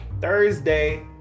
Thursday